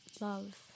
love